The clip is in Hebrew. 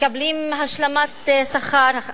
מקבלים השלמת שכר,